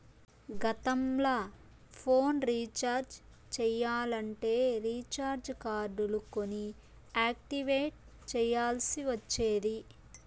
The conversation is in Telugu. గతంల ఫోన్ రీచార్జ్ చెయ్యాలంటే రీచార్జ్ కార్డులు కొని యాక్టివేట్ చెయ్యాల్ల్సి ఒచ్చేది